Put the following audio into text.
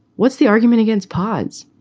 what's the argument against pods?